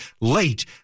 late